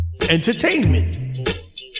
entertainment